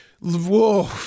whoa